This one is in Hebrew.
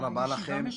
הישיבה משודרת,